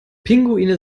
pinguine